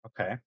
Okay